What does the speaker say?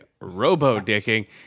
robo-dicking